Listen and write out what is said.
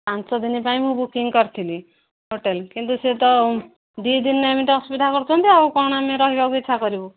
ପାଞ୍ଚ ଦିନ ପାଇଁ ମୁଁ ବୁକିଂ କରିଥିଲି ହୋଟେଲ୍ କିନ୍ତୁ ସେ ତ ଦୁଇ ଦିନ ଏମିତି ଅସୁବିଧା କରୁଛନ୍ତି ଆଉ କ'ଣ ଆମେ ରହିବାକୁ ଇଚ୍ଛା କରିବୁ